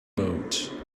boat